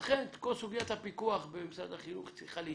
לכן כל סוגיית הפיקוח במשרד החינוך צריכה להתפצל.